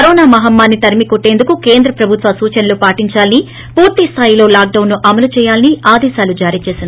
corona మహమ్మారిని తరిమి కొట్టీందుకు కేంద్ర ప్రభుత్వ సూచనలు పాటించాలని పూర్తి స్టాయిలో లాక్డాన్ను అమలు చేయాలని ఆదేశాలు జారీ చేసింది